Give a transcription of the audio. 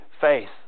faith